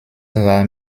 war